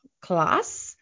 class